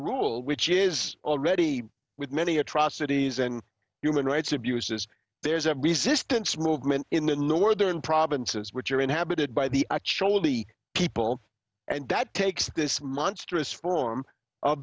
rule which is already with many atrocities and human rights abuses there's a resistance movement in the northern provinces which are inhabited by the people and that takes this monstrous form